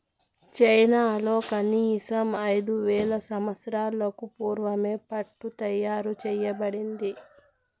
చైనాలో కనీసం ఐదు వేల సంవత్సరాలకు పూర్వమే పట్టు తయారు చేయబడింది